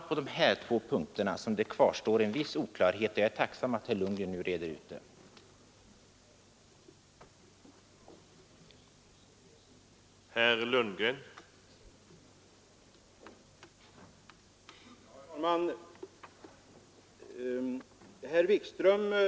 På dessa två punkter kvarstår en viss oklarhet, och jag vore tacksam om herr Lundgren nu reder ut det hela.